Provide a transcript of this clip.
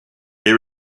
they